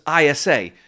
ISA